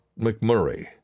McMurray